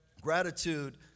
Gratitude